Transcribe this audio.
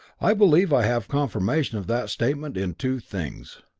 i believe i have confirmation of that statement in two things.